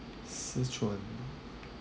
sichuan